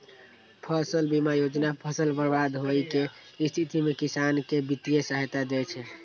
फसल बीमा योजना फसल बर्बाद होइ के स्थिति मे किसान कें वित्तीय सहायता दै छै